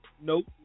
Nope